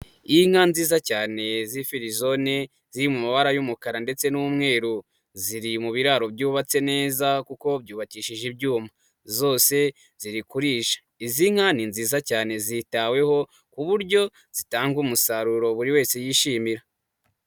Inka nziza cyane z'imfirizone ziri mu mabara y'umukara ndetse n'umweru, ziri mu biraro byubatse neza kuko byubakishije ibyuma, zose ziri kurisha. Izi nka ni nziza cyane zitaweho ku buryo zitanga umusaruro buri wese yishimira.